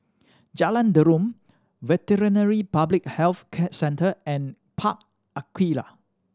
Jalan Derum Veterinary Public Health Centre and Park Aquaria